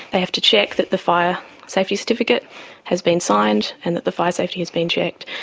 they have to check that the fire safety certificate has been signed and that the fire safety has been checked,